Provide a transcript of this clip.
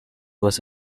was